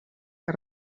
que